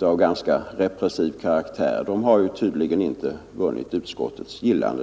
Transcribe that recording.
har ganska repressiv karaktär tydligen inte vunnit utskottets gillande.